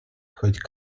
хоть